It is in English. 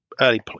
early